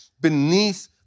beneath